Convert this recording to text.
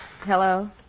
Hello